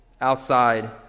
outside